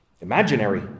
imaginary